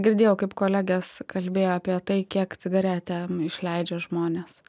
girdėjau kaip kolegės kalbėjo apie tai kiek cigaretėm išleidžia žmonės